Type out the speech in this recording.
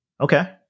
Okay